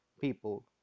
people